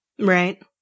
right